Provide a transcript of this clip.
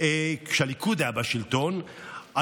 כשהליכוד היה בשלטון,